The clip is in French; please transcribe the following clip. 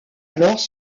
alors